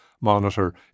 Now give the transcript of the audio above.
monitor